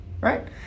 right